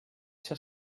ser